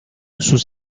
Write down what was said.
sus